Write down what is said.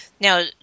Now